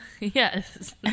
Yes